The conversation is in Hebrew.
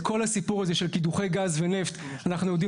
את כל הסיפור הזה של קידוחי גז ונפט אנחנו יודעים